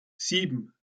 sieben